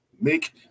make